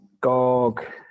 Gog